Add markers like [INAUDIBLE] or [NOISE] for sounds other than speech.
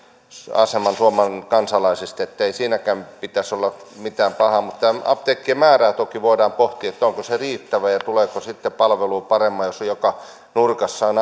aseman suomen kansalaisille ettei siinäkään pitäisi olla mitään pahaa apteekkien määrää toki voidaan pohtia sitä kautta onko se riittävä ja ja tuleeko sitten palvelu paremmaksi jos joka nurkassa on [UNINTELLIGIBLE]